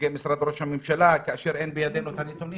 נציגי משרד ראש הממשלה כאשר אין בידינו את הנתונים.